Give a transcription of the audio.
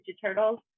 turtles